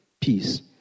Peace